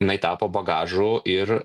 jinai tapo bagažu ir